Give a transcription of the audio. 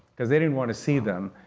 because they didn't want to see them.